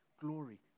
Glory